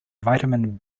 vitamin